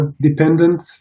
dependent